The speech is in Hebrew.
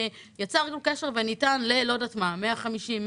יצרנו קשר וניתן למספר מסוים של אזרחים.